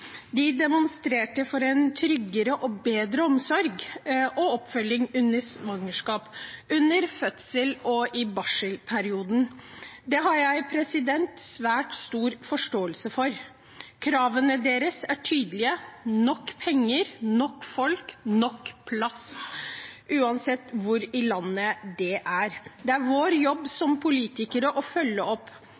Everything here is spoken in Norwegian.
De demonstrerte for en tryggere og bedre omsorg og oppfølging under svangerskap, under fødsel og i barselperioden. Det har jeg svært stor forståelse for. Kravene deres er tydelige: nok penger, nok folk, nok plass – uansett hvor i landet det er. Det er vår jobb som politikere å følge opp.